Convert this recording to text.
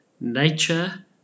nature